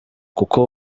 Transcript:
kuko